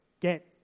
get